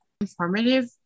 informative